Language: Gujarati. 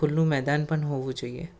ખુલ્લું મેદાન પણ હોવું જોઈએ